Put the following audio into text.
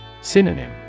Synonym